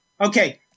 okay